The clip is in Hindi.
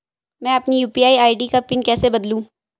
मैं अपनी यू.पी.आई आई.डी का पिन कैसे बदलूं?